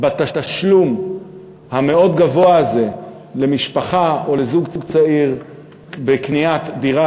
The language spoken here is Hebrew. בתשלום המאוד-גבוה הזה למשפחה או לזוג צעיר בקניית דירה,